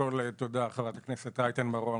חברת הכנסת רייטן מרום.